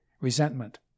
resentment